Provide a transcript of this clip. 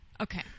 Okay